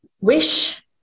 Wish